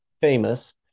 Famous